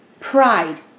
Pride